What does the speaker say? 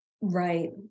Right